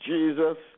Jesus